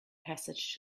passage